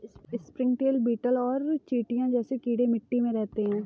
springtail, beetle और चींटियां जैसे कीड़े मिट्टी में रहते हैं